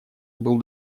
был